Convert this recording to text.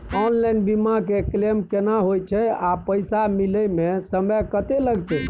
Online बीमा के claim केना होय छै आ पैसा मिले म समय केत्ते लगतै?